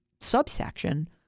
subsection